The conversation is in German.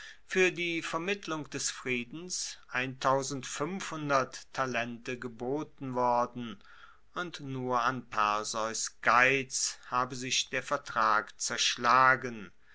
fuer die vermittlung des friedens talente geboten worden und nur an perseus geiz habe sich der vertrag zerschlagen